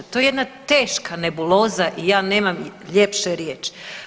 To je jedna teška nebuloza i ja nemam ljepše riječi.